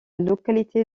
localité